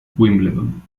wimbledon